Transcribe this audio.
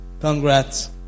Congrats